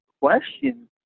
question